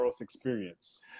experience